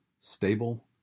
stable